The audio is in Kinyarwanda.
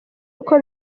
uko